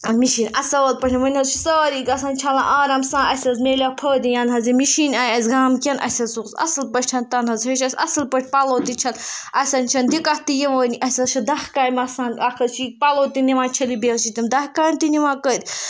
machine اَصٕل پٲٹھۍ وۄنۍ نہ حظ چھِ سٲری گژھان چھَلان آرام اَسہِ حظ میلیٛو فٲیِدٕ یَنہٕ حظ یہِ مِشیٖن آے اَسہِ گامکٮ۪ن اَسہِ حظ اوس اَصٕل پٲٹھۍ تَنہٕ حظ ہیوٚچھ اَسہِ اَصٕل پٲٹھۍ پَلو تہِ چھَل اَسہِ حظ چھ نہٕ دِقت تہِ یِوٲنی اَسہِ حظ چھِ دَہ کامہِ آسان اَکھ حظ چھِ پَلو تہِ نِوان چھٔلِتھ بیٚیہِ حظ چھِ تِم دَہ کامہِ نِوان کٔرِ